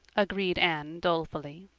agreed anne dolefully.